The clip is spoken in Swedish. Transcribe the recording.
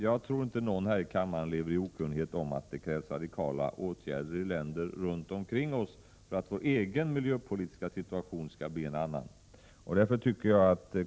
Jag tror inte någon här i kammaren lever i okunnighet om att det krävs radikala åtgärder i länder runt omkring oss för att vår egen miljöpolitiska situation skall bli en annan.